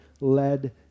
led